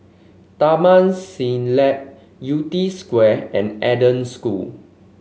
Taman Siglap Yew Tee Square and Eden School